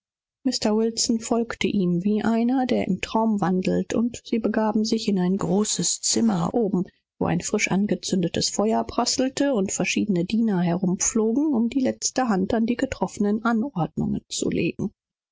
mr wilson folgte ihm wie jemand der im schlafe wandelt und sie gelangten in ein großes zimmer im oberen stocke wo ein frisch angezündetes feuer prasselte und verschiedene dienstboten noch umher flogen um die letzte hand an die ordnung des zimmers zu legen